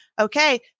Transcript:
Okay